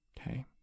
okay